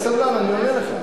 תהיה סבלן, אני עונה לך.